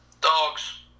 Dogs